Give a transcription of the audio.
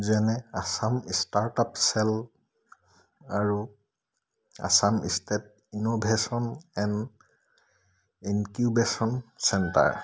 যেনে Assam startup cell আৰু Assam state innovation and incubation centre